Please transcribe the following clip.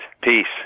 Peace